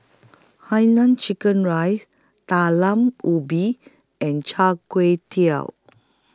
Hai Nam Chicken Rice Talam Ubi and Char Kway Teow